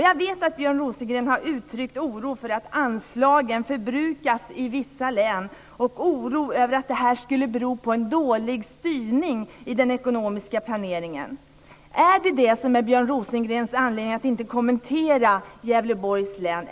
Jag vet att Björn Rosengren har uttryckt oro för att anslagen förbrukats i vissa län och för att det skulle bero på dålig styrning i den ekonomiska planeringen. Är det detta som är Björn Rosengrens anledning till att inte kommentera Gävleborgs län?